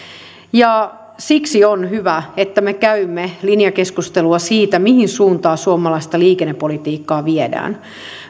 siksi on hyvä että me käymme linjakeskustelua siitä mihin suuntaan suomalaista liikennepolitiikkaa viedään